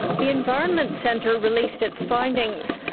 the environment centre released its findings,